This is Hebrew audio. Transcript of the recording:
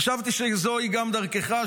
חשבתי שזוהי גם דרכך.